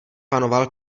panoval